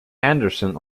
anderson